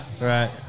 Right